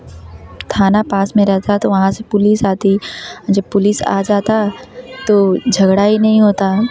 थाना पास में रहता तो वहाँ से पुलिस आती जब पुलिस आ जाता तो झगड़ा ही नहीं होता